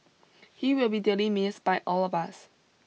he will be dearly missed by all of us